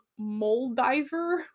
Moldiver